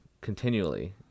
continually